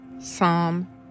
Psalm